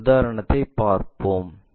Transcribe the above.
அந்த உதாரணத்தைப் பார்ப்போம்